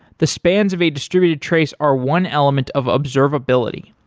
the spans of a distributed trace are one element of observability.